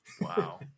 Wow